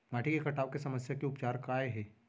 माटी के कटाव के समस्या के उपचार काय हे?